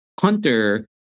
Hunter